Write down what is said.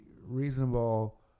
reasonable